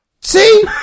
See